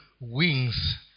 wings